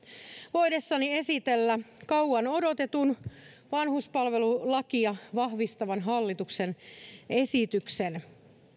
voidessani esitellä kauan odotetun vanhuspalvelulakia vahvistavan hallituksen esityksen